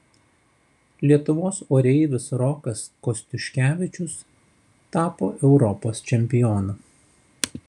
lietuvos oreivis rokas kostiuškevičius tapo europos čempionu